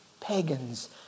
pagans